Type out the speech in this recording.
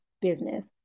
business